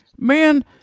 Man